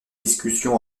discussion